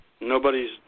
nobody's